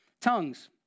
tongues